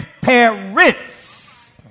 parents